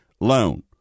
loan